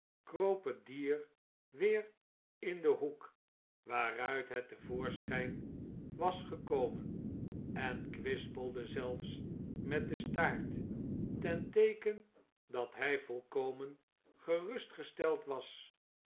het dier weer in den hoek waaruit het te voorschijn was gekomen en kwispelde zelfs met den staart ten teeken dat hij volkomen gerustgesteld was